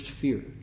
fear